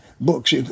books